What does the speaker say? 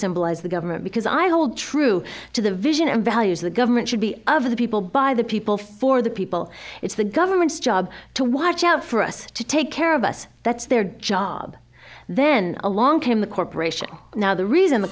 symbolize the government because i hold true to the vision and values the government should be of the people by the people for the people it's the government's job to watch out for us to take care of us that's their job then along came the corporation now the reason the